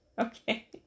Okay